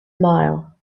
mile